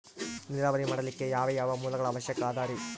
ನೇರಾವರಿ ಮಾಡಲಿಕ್ಕೆ ಯಾವ್ಯಾವ ಮೂಲಗಳ ಅವಶ್ಯಕ ಅದರಿ?